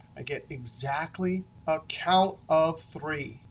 i get exactly a count of three.